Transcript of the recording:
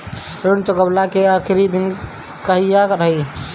ऋण चुकव्ला के आखिरी दिन कहिया रही?